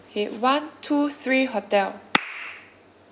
okay [one] two three hotel